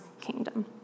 kingdom